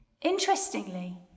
Interestingly